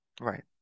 Right